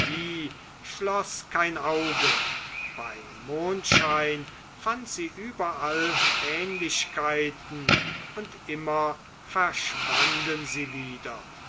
schloß kein auge bei mondschein fand sie überall ähnlichkeiten und immer verschwanden sie wieder